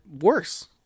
worse